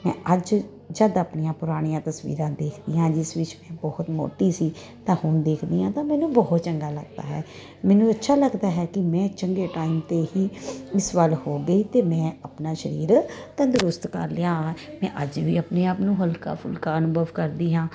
ਮੈਂ ਅੱਜ ਜਦ ਆਪਣੀਆਂ ਪੁਰਾਣੀਆਂ ਤਸਵੀਰਾਂ ਦੇਖਦੀ ਹਾਂ ਜਿਸ ਵਿੱਚ ਮੈਂ ਬਹੁਤ ਮੋਟੀ ਸੀ ਤਾਂ ਹੁਣ ਦੇਖਦੀ ਹਾਂ ਤਾਂ ਮੈਨੂੰ ਬਹੁਤ ਚੰਗਾ ਲੱਗਦਾ ਹੈ ਮੈਨੂੰ ਅੱਛਾ ਲੱਗਦਾ ਹੈ ਕਿ ਮੈਂ ਚੰਗੇ ਟਾਈਮ 'ਤੇ ਹੀ ਇਸ ਵੱਲ ਹੋ ਗਈ ਅਤੇ ਮੈਂ ਆਪਣਾ ਸਰੀਰ ਤੰਦਰੁਸਤ ਕਰ ਲਿਆ ਮੈਂ ਅੱਜ ਵੀ ਆਪਣੇ ਆਪ ਨੂੰ ਹਲਕਾ ਫੁਲਕਾ ਅਨੁਭਵ ਕਰਦੀ ਹਾਂ